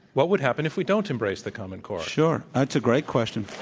what would happen if we don't embrace the common core? sure. that's a great question.